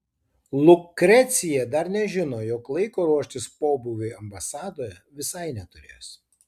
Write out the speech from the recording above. lukrecija dar nežino jog laiko ruoštis pobūviui ambasadoje visai neturės